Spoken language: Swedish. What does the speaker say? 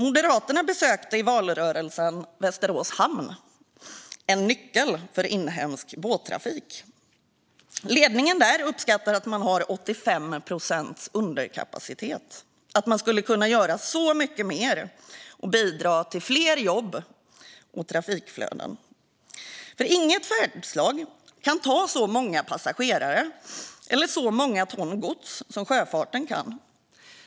Moderaterna besökte under valrörelsen Västerås hamn - en nyckel för inhemsk båttrafik. Ledningen där uppskattar att man har 85 procents underkapacitet och att man skulle kunna göra så mycket mer och bidra till fler jobb och trafikflöden. Inget färdslag kan ta så många passagerare eller så många ton gods som sjöfarten.